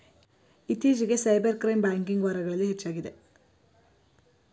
ಇತ್ತೀಚಿಗೆ cyber crime banking ವಾರಗಳಲ್ಲಿ ಹೆಚ್ಚಾಗಿದೆ